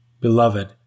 Beloved